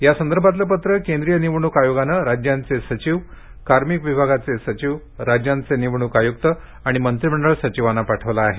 यासंदर्भातलं पत्र केंद्रीय निवडणूक आयोगानं राज्यांचे सचिव कार्मिक विभागाचे सचिव राज्यांचे निवडणूक आयुक्त आणि मंत्रीमंडळ सचिवांना पाठवलं आहे